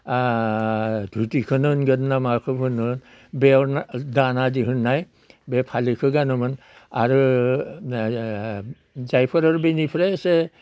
धुथिखोनो होनगोन ना माखौ होनगोन बेयावनो दाना दिहुननाय बे फालिखौ गानोमोन आरो जायफोर आरो बिनिफ्राय एसे